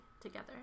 together